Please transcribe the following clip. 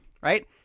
right